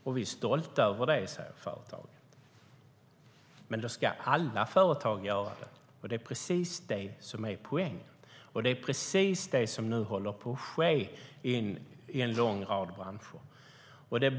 Vi är stolta över det, säger de. Men då ska alla företag göra det. Det är precis det som är poängen. Det som nu håller på att ske i en lång rad branscher är att alla inte gör det.